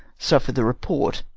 suffer the report.